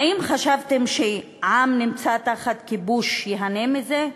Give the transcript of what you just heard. האם חשבתם שעם הנמצא תחת כיבוש ייהנה מזה,